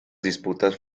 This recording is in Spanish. disputas